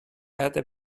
erde